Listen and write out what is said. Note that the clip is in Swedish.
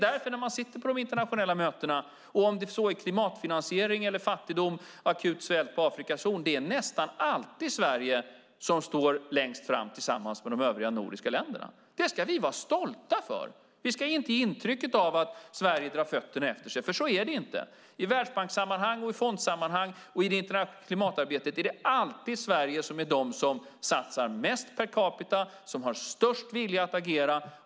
När man sitter på de internationella mötena, om det så gäller klimatfinansiering eller fattigdom och akut svält på Afrikas horn, är det nästan alltid Sverige som står längst fram tillsammans med de övriga nordiska länderna. Det ska vi vara stolta över! Vi ska inte ge intrycket av att Sverige drar benen efter sig, för så är det inte. I världsbankssammanhang, i fondsammanhang och i klimatarbetet är Sverige alltid bland dem som satsar mest per capita och som har störst vilja att agera.